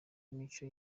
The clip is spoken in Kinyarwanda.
imico